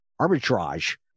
arbitrage